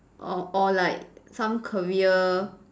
or or like some career